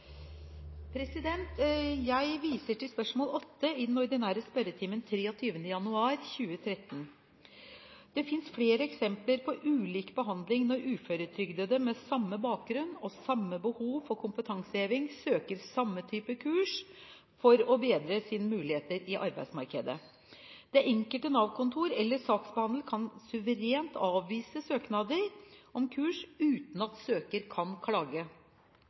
i ordinær spørretime den 23. januar 2013. Det finnes flere eksempler på ulik behandling når uføretrygdede med samme bakgrunn og samme behov for kompetanseheving søker samme type kurs for å bedre sin mulighet på arbeidsmarkedet. Det enkelte Nav-kontor eller saksbehandler kan suverent avvise søknader om kurs uten at søker kan klage.